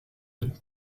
donc